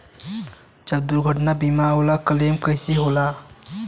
जब दुर्घटना बीमा होला त क्लेम कईसे होला?